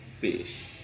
fish